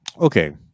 Okay